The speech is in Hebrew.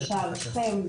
שער שכם,